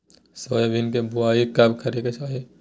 Soybean के बुआई कब करे के चाहि?